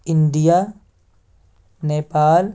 India Nepal